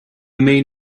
main